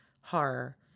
horror